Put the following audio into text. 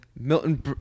Milton